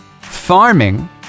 farming